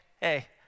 hey